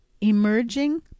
emerging